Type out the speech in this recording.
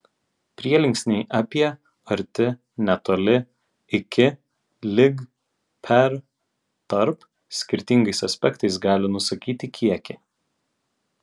prielinksniai apie arti netoli iki lig per tarp skirtingais aspektais gali nusakyti kiekį